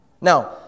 Now